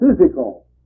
physical